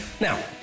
Now